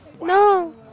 No